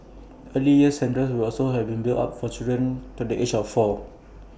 early years centres will also have been built up for children to the age of four